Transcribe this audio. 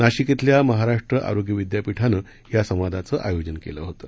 नाशिक शिल्या महाराष्ट्र आरोग्य विद्यापीठानं या संवादाचं आयोजन केलं होतं